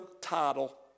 title